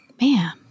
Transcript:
man